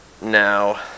Now